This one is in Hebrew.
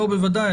בוודאי.